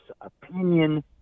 opinion